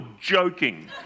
joking